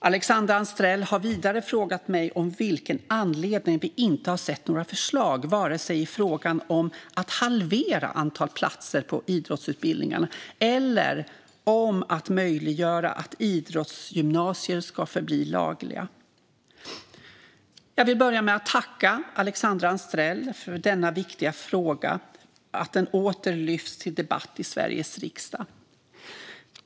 Alexandra Anstrell har vidare frågat mig av vilken anledning vi inte har sett till några förslag vare sig i frågan om att halvera antalet platser på idrottsutbildningarna eller om att möjliggöra att idrottsgymnasier ska förbli lagliga. Jag vill börja med att tacka Alexandra Anstrell för att denna viktiga fråga åter lyfts till debatt i Sveriges riksdag.